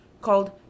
called